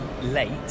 late